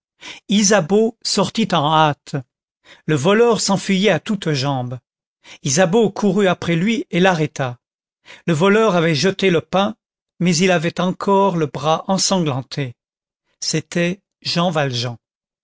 isabeau sortit en hâte le voleur s'enfuyait à toutes jambes isabeau courut après lui et l'arrêta le voleur avait jeté le pain mais il avait encore le bras ensanglanté c'était jean valjean